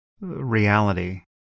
reality